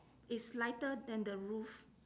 it's lighter than the roof